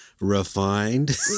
Refined